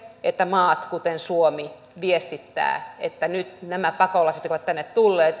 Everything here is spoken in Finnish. että maat kuten suomi viestittävät että nyt nämä pakolaiset jotka ovat tänne tulleet